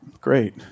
Great